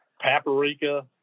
Paprika